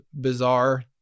bizarre